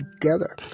together